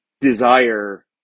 desire